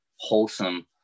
wholesome